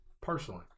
personally